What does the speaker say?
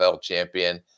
champion